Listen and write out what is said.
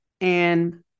And-